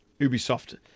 Ubisoft